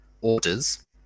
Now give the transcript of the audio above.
orders